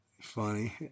Funny